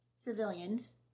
civilians